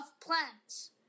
plants